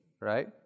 right